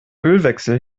ölwechsel